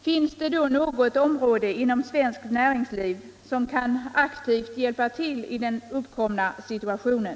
Finns det då något område inom svenskt näringsliv som kan aktivt hjälpa till i den uppkomna situationen?